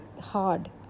hard